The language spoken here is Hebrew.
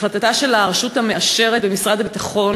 החלטתה של הרשות המאשרת במשרד הביטחון